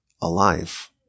alive